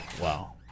wow